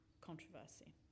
controversy